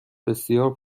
بسیار